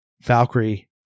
Valkyrie